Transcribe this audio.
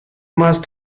más